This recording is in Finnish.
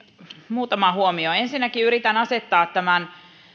muutama huomio ensinnäkin yritän asettaa tämän